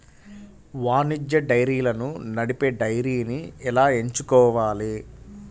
వాణిజ్య డైరీలను నడిపే డైరీని ఎలా ఎంచుకోవాలి?